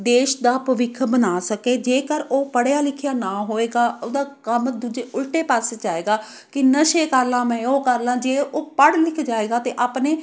ਦੇਸ਼ ਦਾ ਭਵਿੱਖ ਬਣਾ ਸਕੇ ਜੇਕਰ ਉਹ ਪੜ੍ਹਿਆ ਲਿਖਿਆ ਨਾ ਹੋਵੇਗਾ ਉਹਦਾ ਕੰਮ ਦੂਜੇ ਉਲਟੇ ਪਾਸੇ ਜਾਵੇਗਾ ਕਿ ਨਸ਼ੇ ਕਰਲਾ ਮੈਂ ਉਹ ਕਰਲਾ ਜੇ ਉਹ ਪੜ੍ਹ ਲਿਖ ਜਾਵੇਗਾ ਅਤੇ ਆਪਣੇ